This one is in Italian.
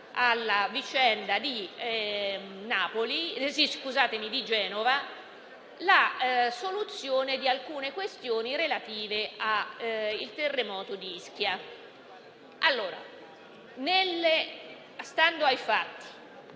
alla vicenda di Genova - la soluzione anche di alcune questioni relative al terremoto di Ischia. Stando ai fatti,